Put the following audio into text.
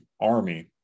army